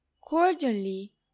cordially